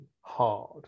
hard